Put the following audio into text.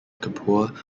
kapoor